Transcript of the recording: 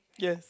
yes